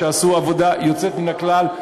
שעשו עבודה יוצאת מן הכלל.